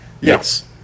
Yes